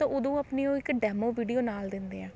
ਤਾਂ ਉਦੋਂ ਅਪਣੀ ਉਹ ਇੱਕ ਡੈਮੋ ਵੀਡੀਓ ਨਾਲ ਦਿੰਦੇ ਹੈ